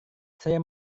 saya